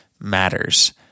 matters